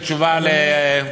כן.